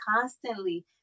constantly